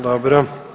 Dobro.